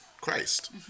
christ